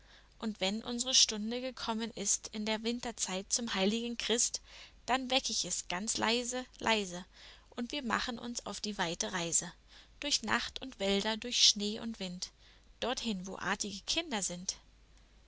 und wenn unsre stunde gekommen ist in der winterszeit zum heiligen christ dann weck ich es ganz leise leise und wir machen uns auf die weite reise durch nacht und wälder durch schnee und wind dorthin wo artige kinder sind